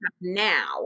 now